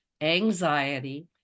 Anxiety